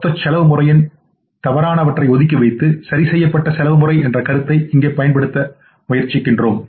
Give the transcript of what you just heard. மொத்த செலவு முறையின் தவறானவற்றை ஒதுக்கி வைத்து சரிசெய்யப்பட்ட செலவு முறை என்ற கருத்தை இங்கே பயன்படுத்த முயற்சிக்கிறோம்